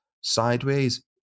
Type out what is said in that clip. Sideways